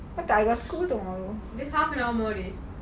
but I got school tomorrow